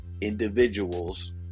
individuals